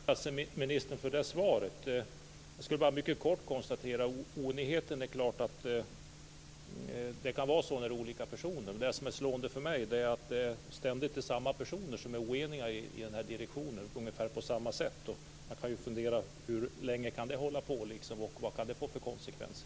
Fru talman! Jag tackar statsministern för det svaret. Jag vill bara mycket kort konstatera oenigheten. Det är klart att det kan vara så när det är olika personer. Men det som slår mig är att det ständigt är samma personer som är oeniga i direktionen och ungefär på samma sätt. Man kan fundera hur länge det kan hålla på och vad det kan få för konsekvenser.